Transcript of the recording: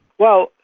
well,